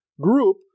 group